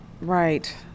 right